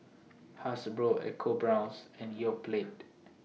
Hasbro EcoBrown's and Yoplait